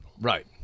right